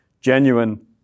genuine